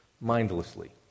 mindlessly